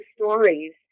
stories